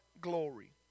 glory